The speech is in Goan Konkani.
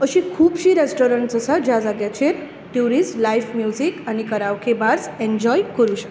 अशीं खुबशीं रेस्टाॅरंट्स आसात ज्या जाग्यांचेर ट्युरीस्ट लायव्ह म्युजीक आनी कराओके बार्स एंजाॅय करपाक शकतात